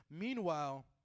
Meanwhile